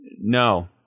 No